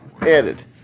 added